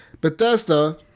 Bethesda